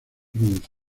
bronce